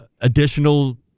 additional